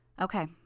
Okay